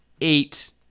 eight